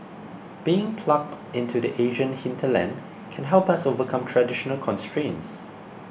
being plugged into the Asian hinterland can help us overcome traditional constraints